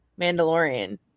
Mandalorian